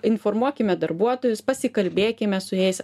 informuokime darbuotojus pasikalbėkime su jais